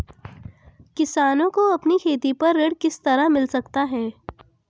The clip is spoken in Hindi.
किसानों को अपनी खेती पर ऋण किस तरह मिल सकता है?